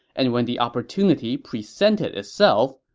and when the opportunity presented itself,